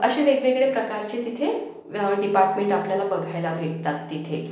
असे वेगवेगळे प्रकारचे तिथे डिपार्टमेंट आपल्याला बघायला भेटतात तिथे